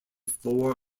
floor